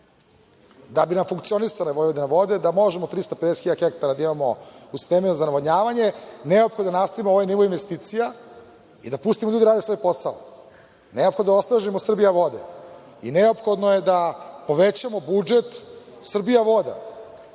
Da bi nam funkcionisala Vojvodina vode, da možemo 350.000 hektara da imamo u sistemima za navodnjavanje, neophodno je da nastavimo ovaj nivo investicija i da pustimo ljude da rade svoj posao. Neophodno je da osnažimo Srbija vode i neophodno je da povećamo budžet Srbija voda.